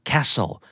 Castle